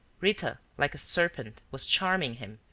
rita, like a serpent, was charming him,